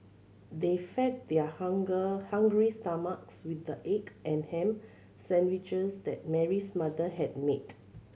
they fed their hunger hungry stomachs with the egg and ham sandwiches that Mary's mother had made